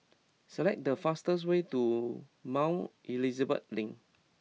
select the fastest way to Mount Elizabeth Link